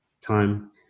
time